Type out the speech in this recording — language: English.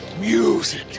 music